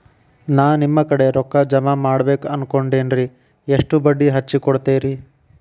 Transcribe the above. ನಾ ನಿಮ್ಮ ಕಡೆ ರೊಕ್ಕ ಜಮಾ ಮಾಡಬೇಕು ಅನ್ಕೊಂಡೆನ್ರಿ, ಎಷ್ಟು ಬಡ್ಡಿ ಹಚ್ಚಿಕೊಡುತ್ತೇರಿ?